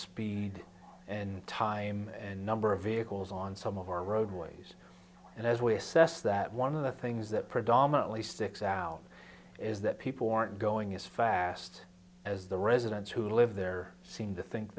speed and time and number of vehicles on some of our roadways and as we assess that one of the things that predominantly sticks out is that people aren't going as fast as the residents who live there seem to think